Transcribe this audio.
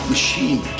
machine